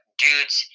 dudes